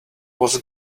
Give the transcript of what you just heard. was